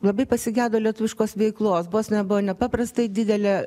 labai pasigedo lietuviškos veiklos bostone buvo nepaprastai didelė